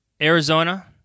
Arizona